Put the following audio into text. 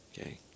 Okay